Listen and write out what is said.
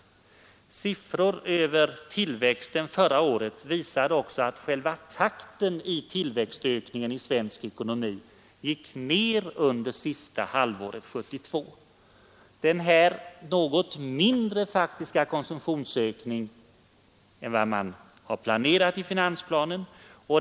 Dessutom visar siffror över tillväxten förra året, att takten i tillväxtökningen i svensk ekonomi gick ned under sista halvåret 1972.